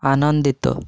ଆନନ୍ଦିତ